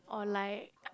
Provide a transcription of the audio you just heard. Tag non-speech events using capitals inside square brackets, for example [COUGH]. or like [NOISE]